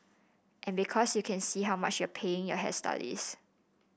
and because you can see how much you're paying your hairstylist